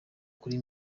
kuri